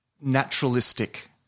naturalistic